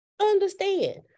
understand